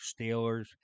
Steelers